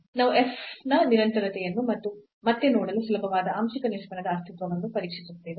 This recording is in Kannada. ನಾವು f ನ ನಿರಂತರತೆಯನ್ನು ಮತ್ತು ಮತ್ತೆ ನೋಡಲು ಸುಲಭವಾದ ಆಂಶಿಕ ನಿಷ್ಪನ್ನದ ಅಸ್ತಿತ್ವವನ್ನು ಪರೀಕ್ಷಿಸುತ್ತೇವೆ